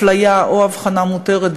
אפליה או הבחנה מותרת,